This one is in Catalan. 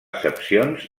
excepcions